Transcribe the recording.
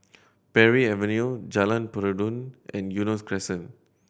Parry Avenue Jalan Peradun and Eunos Crescent